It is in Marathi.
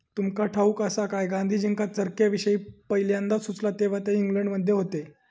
तुमका ठाऊक आसा काय, गांधीजींका चरख्याविषयी पयल्यांदा सुचला तेव्हा ते इंग्लंडमध्ये होते